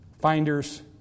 Finders